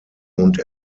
und